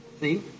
See